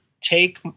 take